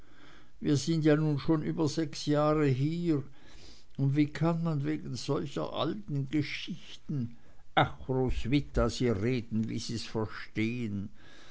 wir sind ja nun schon über sechs jahre hier und wie kann man wegen solcher alten geschichten ach roswitha sie reden wie sie's verstehen